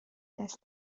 گشته